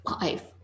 life